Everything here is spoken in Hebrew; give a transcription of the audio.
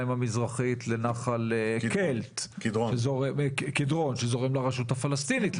המזרחית לנחל קדרון שזורם לרשות הפלסטינית,